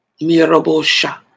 Mirobosha